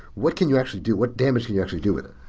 what can you actually do? what damage can you actually do with it?